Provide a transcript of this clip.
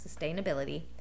sustainability